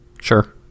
sure